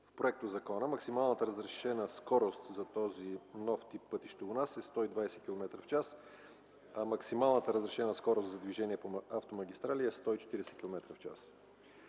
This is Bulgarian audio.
В проектозакона максималната разрешена скорост за този нов тип пътища у нас е 120 км/ч, а максималната разрешена скорост за движение по автомагистрали е 140 км/ч.